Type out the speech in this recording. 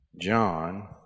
john